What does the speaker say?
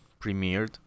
premiered